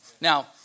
Now